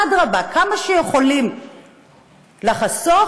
אדרבה, כמה שיכולים לחסוך,